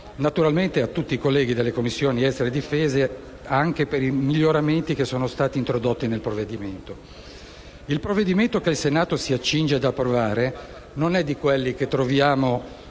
va anche a tutti i colleghi delle Commissioni affari esteri e difesa per i miglioramenti che sono stati introdotti nel provvedimento. Il disegno di legge che il Senato si accinge ad approvare non è di quelli che troviamo